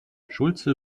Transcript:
schulze